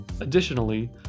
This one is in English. Additionally